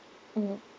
mmhmm